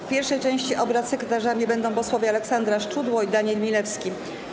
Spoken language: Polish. W pierwszej części obrad sekretarzami będą posłowie Aleksandra Szczudło i Daniel Milewski.